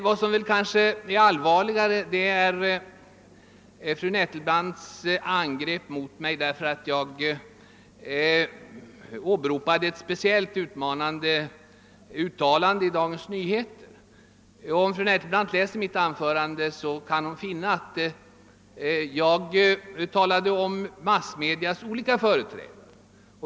Vad som kanske är allvarligare är fru Nettelbrandts angrepp mot mig för att jag åberopat ett speciellt utmanande uttalande i Dagens Nyheter. Om fru Nettelbrandt läser mitt anförande skall hon finna att jag talade om olika massmedias reaktioner.